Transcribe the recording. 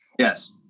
Yes